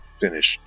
finished